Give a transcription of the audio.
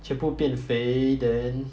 全部变肥 then